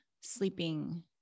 sleeping